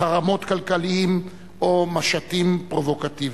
חרמות כלכליים או משטים פרובוקטיביים.